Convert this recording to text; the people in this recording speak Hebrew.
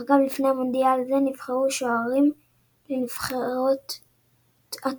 אך גם לפני מונדיאל זה נבחרו שוערים לנבחרות הטורניר.